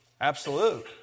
Absolute